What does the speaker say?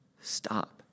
stop